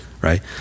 right